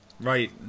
Right